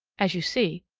as you see,